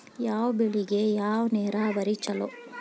ಯಾವ ಬೆಳಿಗೆ ಯಾವ ನೇರಾವರಿ ಛಲೋ?